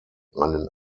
einen